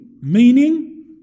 meaning